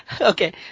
Okay